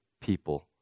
people